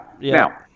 Now